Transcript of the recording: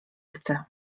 chce